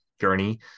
journey